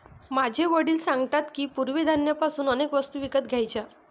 माझे वडील सांगतात की, पूर्वी धान्य पासून अनेक वस्तू विकत घ्यायचे